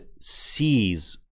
sees